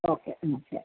okay മ് ശരി